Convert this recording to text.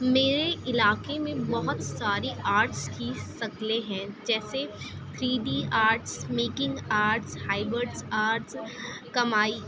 میرے علاقے میں بہت ساری آرٹس کی شکلیں ہیں جیسے three D arts making arts hybrid arts کمائ